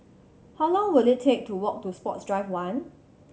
how long will it take to walk to Sports Drive One